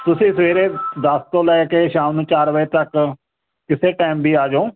ਤੁਸੀਂ ਸਵੇਰੇ ਦਸ ਤੋਂ ਲੈ ਕੇ ਸ਼ਾਮ ਨੂੰ ਚਾਰ ਵਜੇ ਤੱਕ ਕਿਸੇ ਟਾਈਮ ਵੀ ਆ ਜਾਓ